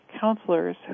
counselors